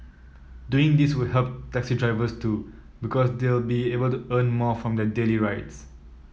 doing this will help taxi drivers too because they'll be able to earn more from their daily rides